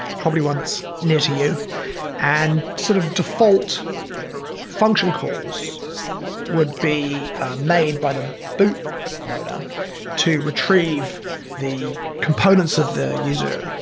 probably one that's near to you and sort of default function calls would be made by the boot loader to retrieve the components of the user,